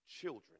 children